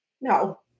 No